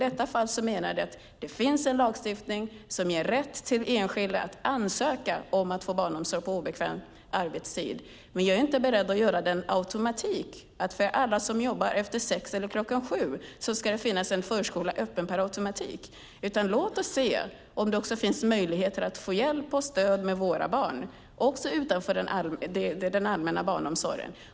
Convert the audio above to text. Det finns en lagstiftning som ger enskilda rätt att ansöka om att få barnomsorg på obekväm arbetstid. Jag är dock inte beredd att ändra den så att det per automatik ska finnas öppna förskolor för alla som jobbar efter kl. 18 eller 19. Låt oss också se om det kan finnas möjlighet att få hjälp och stöd med våra barn utanför den allmänna barnomsorgen.